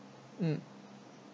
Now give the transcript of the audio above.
mm